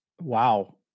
wow